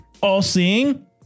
all-seeing